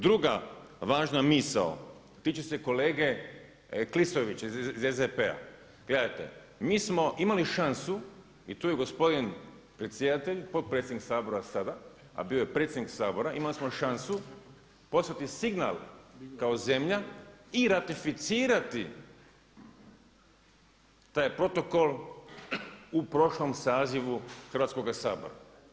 Druga važna misao, tiče se kolege Klisovića iz SDP-a, gledajte, mi smo imali šansu i tu je gospodin predsjedatelj potpredsjednik Sabora sada, a bio je predsjednik Sabora, imali smo šansu poslati signal kao zemlja i ratificirati taj protokol u prošlom sazivu Hrvatskoga sabora.